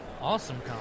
Awesome